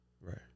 right